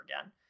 again